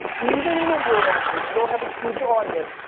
even in a world where you don't have a huge audience,